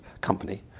company